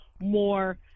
more